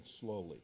slowly